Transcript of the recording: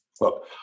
look